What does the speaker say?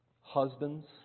Husbands